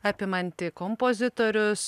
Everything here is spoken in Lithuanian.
apimanti kompozitorius